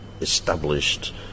established